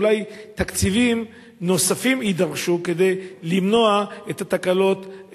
אולי יידרשו תקציבים נוספים כדי למנוע את התקלות